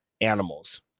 animals